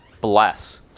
bless